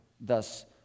Thus